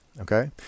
Okay